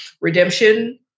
redemption